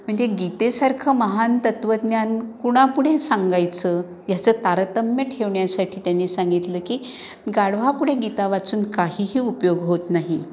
म्हणजे गीतेसारखं महान तत्वज्ञान कुणापुढे सांगायचं ह्याचं तारतम्य ठेवण्यासाठी त्यांनी सांगितलं की गाढवापुढे गीता वाचून काहीही उपयोग होत नाही